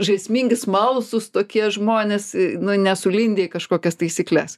žaismingi smalsūs tokie žmonės nu nesulindę į kažkokias taisykles